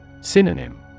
Synonym